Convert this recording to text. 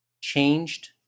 changed